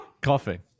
coughing